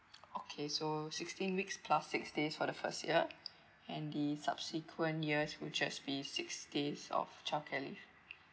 okay so sixteen weeks plus six days for the first year and the subsequent years will just be six days of childcare leave